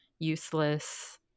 Useless